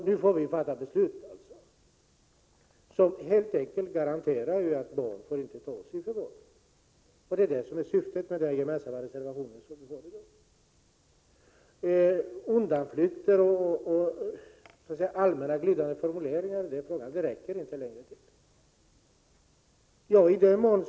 Nu får vi alltså fatta beslut, som helt enkelt garanterar att barn inte får tas i förvar. Det är detta som är syftet med den gemensamma reservationen. Undanflykter och allmänt glidande formuleringar i frågan räcker inte längre.